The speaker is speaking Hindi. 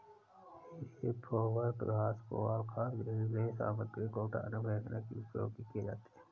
हे फोर्कव घास, पुआल, खाद, ढ़ीले सामग्री को उठाने, फेंकने के लिए उपयोग किए जाते हैं